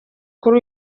kuri